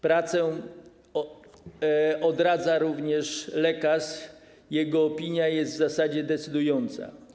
Pracę odradza również lekarz, jego opinia jest w zasadzie decydująca.